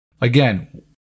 Again